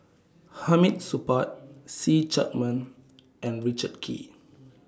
Hamid Supaat See Chak Mun and Richard Kee